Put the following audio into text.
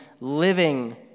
living